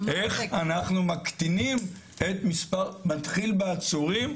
איך אנחנו מקטינים את מספר מתחיל בעצורים,